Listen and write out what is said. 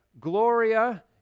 Gloria